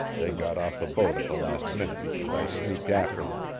they got off the boat at the last minute, and i sneaked after em.